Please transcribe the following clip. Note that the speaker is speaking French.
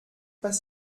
pas